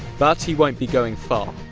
but he won't be going far.